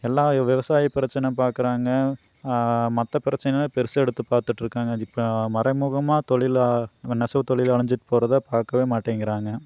எல்லாம் விவசாய பிரச்சனை பார்க்குறாங்க மற்ற பிரச்சனைனால் பெருசாக எடுத்து பார்த்துட்ருக்காங்க மறைமுகமாக தொழிலாக நெசவுத் தொழில் அழிஞ்சுட்டு போகிறத பார்க்கவே மாட்டேங்கிறாங்க